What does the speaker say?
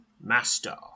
master